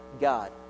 God